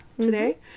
today